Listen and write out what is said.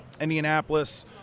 Indianapolis